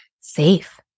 safe